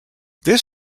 this